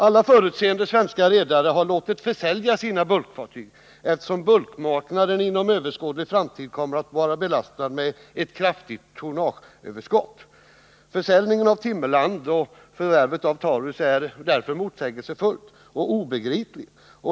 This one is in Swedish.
Alla förutseende svenska redare har låtit försälja sina bulkfartyg, eftersom bulkmarknaden inom överskådlig framtid kommer att vara belastad med ett kraftigt tonnageöverskott. Försäljningen av Timmerland och förvärvet av Taurus är därför motsägelsefullt och obegripligt.